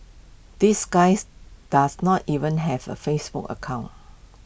this guys does not even have A Facebook account